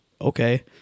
Okay